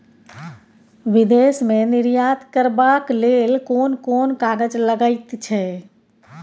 विदेश मे निर्यात करबाक लेल कोन कोन कागज लगैत छै